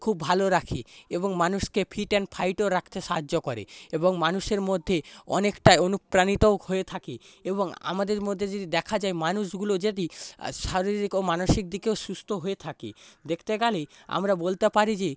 খুব ভালো রাখে এবং মানুষকে ফিট অ্যান্ড ফাইনও রাখতে সাহায্য করে এবং মানুষের মধ্যে অনেকটাই অনুপ্রাণিত হয়ে থাকে এবং আমাদের মধ্যে যদি দেখা যায় মানুষগুলো যদি শারীরিক ও মানসিক দিকেও সুস্থ হয়ে থাকে দেখতে গেলে আমরা বলতে পারি যে